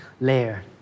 layer